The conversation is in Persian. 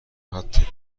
حتی